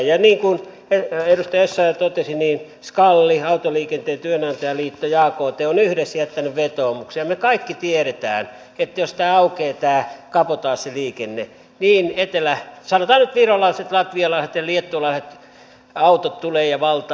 niin kuin edustaja essayah totesi skal autoliikenteen työnantajaliitto ja akt ovat yhdessä jättäneet vetoomuksen ja me kaikki tiedämme että jos tämä kabotaasiliikenne aukeaa niin sanotaan nyt virolaiset latvialaiset ja liettualaiset autot tulevat ja valtaavat suomen markkinat